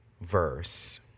verse